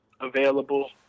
available